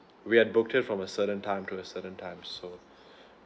we had booked it from a certain time to a certain time so